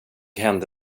hände